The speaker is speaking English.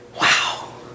Wow